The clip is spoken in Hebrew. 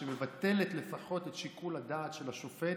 שמבטלת לפחות את שיקול הדעת של השופט,